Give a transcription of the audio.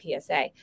PSA